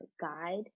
guide